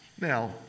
Now